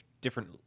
different